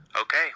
okay